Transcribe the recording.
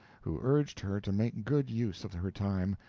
who urged her to make good use of her time,